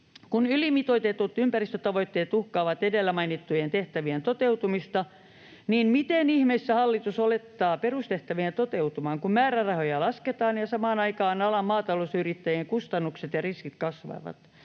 Kun ylimitoitetut ympäristötavoitteet uhkaavat edellä mainittujen tehtävien toteutumista, niin miten ihmeessä hallitus olettaa perustehtävien toteutuvan, kun määrärahoja lasketaan ja samaan aikaan alan maatalousyrittäjien kustannukset ja riskit kasvavat